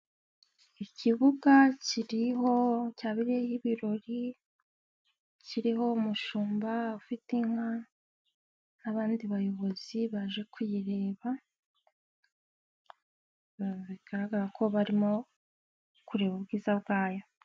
Ikibuga kiriho cyabereyeho ibirori. Kiriho umushumba ufite inka, n'abandi bayobozi baje kuyireba. Bigaragara ko barimo kureba ubwiza bwayo.